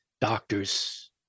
doctors